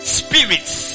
spirits